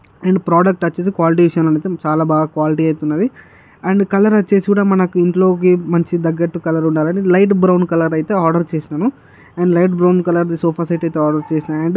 and product వచ్చేసి quality విషయంలోనైతే చాలా బాగా క్వాలిటీ అయితే ఉన్నది అండ్ కలర్ వచ్చేసి కూడా మనకి ఇంట్లోకి మంచి దగ్గట్టు కలర్ ఉండాలని లైట్ బ్రౌన్ కలర్ అయితే ఆర్డర్ చేసినాను అండ్ లైట్ బ్రౌన్ కలర్ది సోఫా సెట్టు అయితే ఆర్డర్ చేసినా అండ్